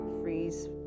freeze